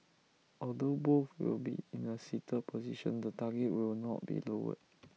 although both will be in A seated position the target will not be lowered